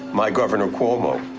my governor, cuomo,